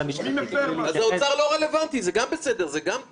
לסוגיה המשפטית יתייחס משרד המשפטים.